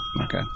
okay